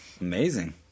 Amazing